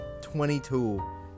22